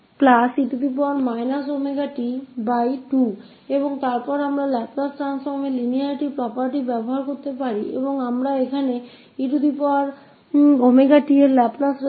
और फिर हम लाप्लास transform के linearity property का उपयोग कर सकते हैं और यहाँ हमें पता है 𝑒𝜔𝑡 का लाप्लास